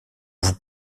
vous